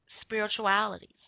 spiritualities